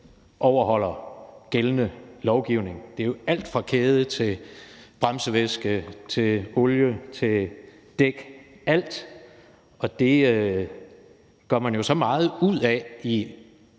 overholder gældende lovgivning. Det er alt fra kæde til bremsevæske, olie og dæk – det er alt. Det gør man jo så meget ud af i